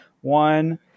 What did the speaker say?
one